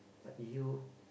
but you